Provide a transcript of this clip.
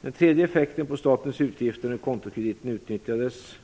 Det tredje är effekterna på statens utgifter när kontokrediten utnyttjades.